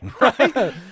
Right